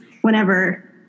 whenever